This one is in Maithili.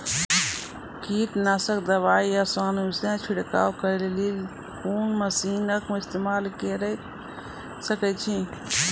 कीटनासक दवाई आसानीसॅ छिड़काव करै लेली लेल कून मसीनऽक इस्तेमाल के सकै छी?